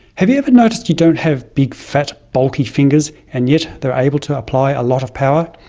have you ever noticed you don't have big, fat, bulky fingers, and yet they're able to apply a lot of power?